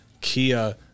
Kia